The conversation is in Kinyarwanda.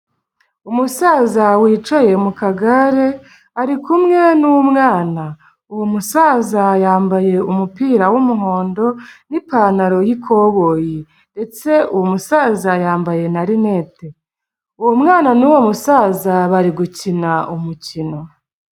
Umusaza wicaye mukagare ari kumwe n'umwana, uwo musaza yambaye umupira w'umuhondo n'ipantaro y'ikoboyi, ndetse uwo musaza yambaye na rinete. Uwo mwana n'uwo musaza bari gukina umukino.